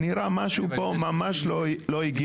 זה נראה ממש לא הגיוני.